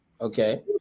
okay